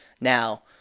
Now